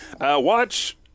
Watch